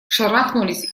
шарахнулись